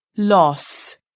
loss